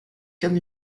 comme